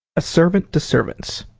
a servant to servants